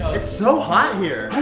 it's so hot here. i